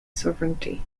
sovereignty